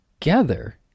together